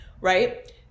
Right